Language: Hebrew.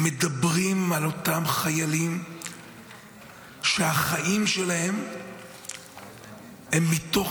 הם מדברים על אותם חיילים שהחיים שלהם הם מתוך